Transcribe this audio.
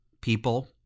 people